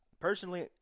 personally